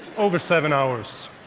over seven hours.